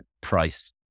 price